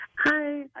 Hi